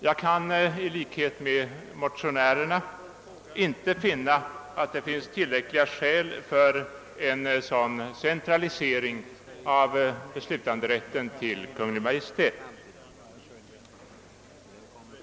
Jag kan i likhet med motionärerna inte inse att det finns tillräckliga skäl för en sådan centralisering av beslutanderätten till Kungl. Maj:t.